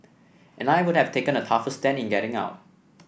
and I would have taken a tougher stand in getting out